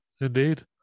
indeed